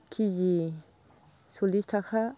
केजि सल्लिस थाखा